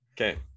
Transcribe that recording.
Okay